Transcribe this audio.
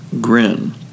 grin